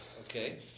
Okay